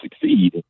succeed